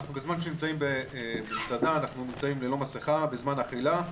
בזמן שאנחנו נמצאים במסעדה אנחנו נמצאים ללא מסכה בזמן האכילה,